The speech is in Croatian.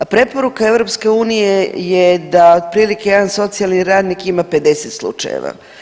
Preporuka EU je da otprilike jedan socijalni radnik ima 50 slučajeva.